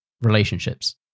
relationships